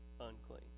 unclean